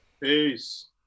Peace